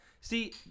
see